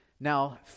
Now